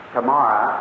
Tomorrow